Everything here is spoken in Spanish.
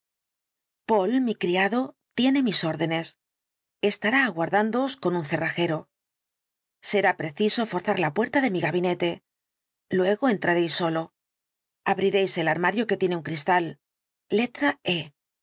poole mi criado tiene mis órdenes estará aguardándoos con un cerrajero será preciso forzar la puerta de mi gabinete luego entraréis solo abriréis el armario que tiene un cristal letra e á